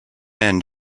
end